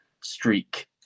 streak